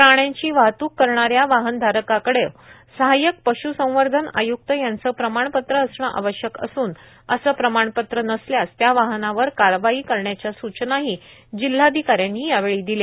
प्राण्यांची वाहतूक करणाऱ्या वाहनधारकाकडे सहाय्यक पश्संवधन आयुक्त यांचं प्रमाणपत्र असणं आवश्यक असून असे प्रमाणपत्र नसल्यास त्या वाहनावर कारवाई करण्याच्या सूचनाही जिल्हाधिकाऱ्यांनी यावेळी दिल्या